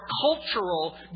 cultural